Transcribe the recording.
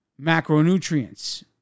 macronutrients